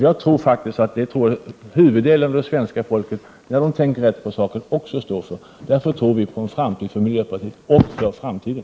Jag tror faktiskt att huvuddelen av svenska folket, när man tänker rätt på saken, också står för detta. Därför tror jag på en framtid för miljöpartiet och på framtiden.